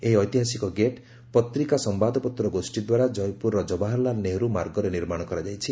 ଏହି ଐତିହାସିକ ଗେଟ୍ ପତ୍ରିକା ସମ୍ଭାଦପତ୍ର ଗୋଷ୍ଠୀ ଦ୍ୱାରା କ୍ଷୟପୁରର କବାହରଲାଲ ନେହେରୁ ମାର୍ଗରେ ନିର୍ମାଣ କରାଯାଇଛି